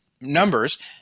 numbers